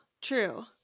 True